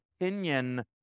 opinion